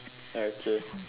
okay